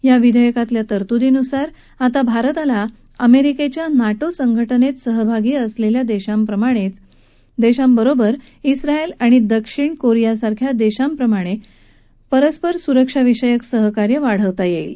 या विधेयकातल्या तरतुदीनुसार भारताला अमेरिकेच्या नाटो संघटनेत सहभागी असलेल्या देशांबरोबरच आयल आणि दक्षिण कोरियासारख्या देशांप्रमाणेपरस्पर सुरक्षाविषयक सहकार्य वाढवता येईल